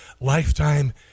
lifetime